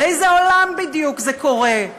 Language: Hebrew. באיזה עולם בדיוק זה קורה?